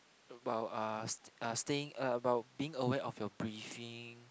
while uh stay staying uh about being aware of your breathing